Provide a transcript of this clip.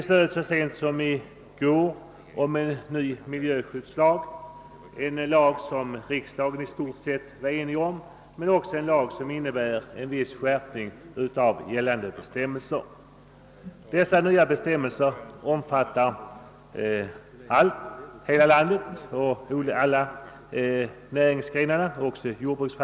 Så sent som i går beslöts en ny miljöskyddslag som riksdagen i stort sett var enig om, en lag som dock innebär en viss skärpning av gällande regler. Dessa nya bestämmelser omfattar hela landet och alla näringsgrenar, även jordbruket.